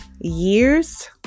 years